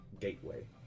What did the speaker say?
gateway